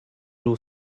nhw